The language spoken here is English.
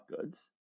goods